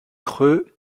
creux